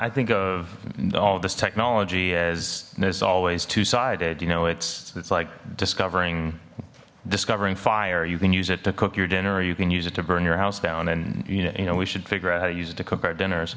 i think of all this technology as there's always two sided you know it's it's like discovering discovering fire you can use it to cook your dinner or you can use it to burn your house down and you know you know we should figure out how use it to cook our dinners